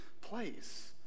place